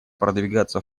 продвигаться